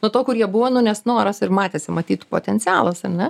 nuo to kur jie buvo nu nes noras ir matėsi matyt potencialas ar ne